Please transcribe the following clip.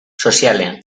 sozialean